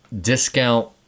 discount